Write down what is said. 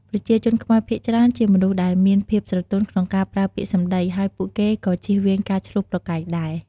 ប្រជាជនខ្មែរភាគច្រើនជាមនុស្សដែលមានភាពស្រទន់ក្នុងការប្រើពាក្យសម្ដី ហើយពួកគេក៏ជៀសវាងការឈ្លោះប្រកែកដែរ។